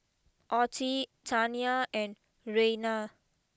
Ottie Taniya and Rayna